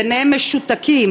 ביניהם משותקים,